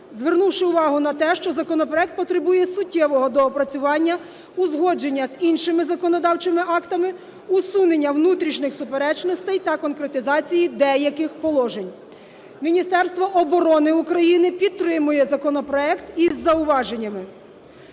звернувши увагу на те, що законопроект потребує суттєвого доопрацювання, узгодження з іншими законодавчими актами, усунення внутрішніх суперечностей та конкретизації деяких положень. Міністерство оборони України підтримує законопроект із зауваженнями.